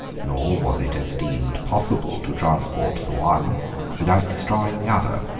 nor was it esteemed possible to transport the one without destroying the other.